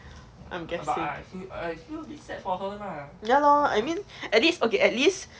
um okay lah ya lor I mean at least at least